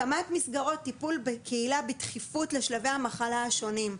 הקמת מסגרות טיפול בקהילה בדחיפות לשלבי המחלה השונים.